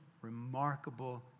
remarkable